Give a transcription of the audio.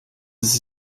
sie